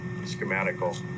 schematical